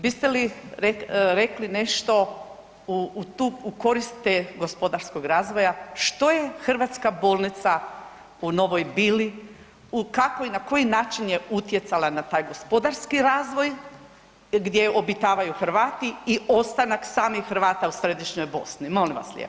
Biste li rekli nešto u korist tog gospodarskog razvoja što je hrvatska bolnica u Novoj Bili, kako i na koji način je utjecala na taj gospodarski razvoj gdje obitavaju Hrvati i ostanak samih Hrvata u središnjoj Bosni, molim vas lijepo.